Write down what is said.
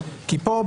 כאן,